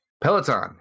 Peloton